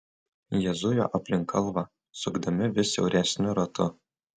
jie zujo aplink kalvą sukdami vis siauresniu ratu